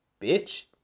bitch